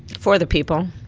for the people.